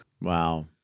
Wow